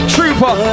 Trooper